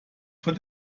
von